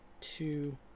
two